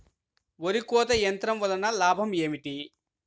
వరి కోత యంత్రం వలన లాభం ఏమిటి?